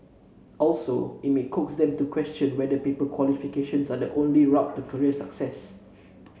also it may coax them to question whether paper qualifications are the only route to career success